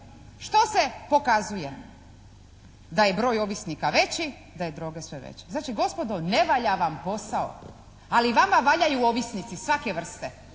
Što sve pokazuje? Da je broj ovisnika veći, da je droge sve veće. Znači gospodo ne valja vam posao. Ali vama valjaju ovisnici svake vrste.